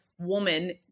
woman